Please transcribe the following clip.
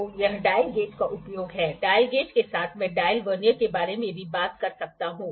तो यह dial gauge का उपयोग है डायल गेज के साथ मैं डायल वर्नियर के बारे में भी बात कर सकता हूं